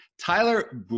Tyler